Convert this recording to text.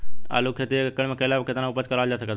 आलू के खेती एक एकड़ मे कैला पर केतना उपज कराल जा सकत बा?